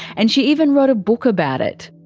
and she even wrote a book about it.